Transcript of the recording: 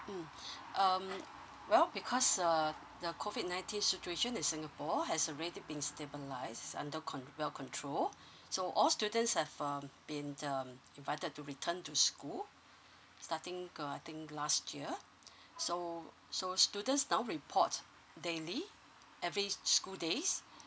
um uh well because err the COVID nineteen situation in singapore has already been stabilize under control well control so all students have um been um invited to return to school starting uh I think last year so so students now report daily every school days